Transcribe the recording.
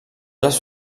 les